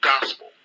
gospel